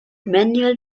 manuel